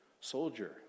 soldier